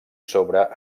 sobre